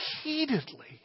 repeatedly